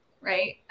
right